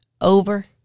over